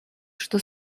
что